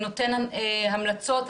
שנותן המלצות,